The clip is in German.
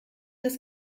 das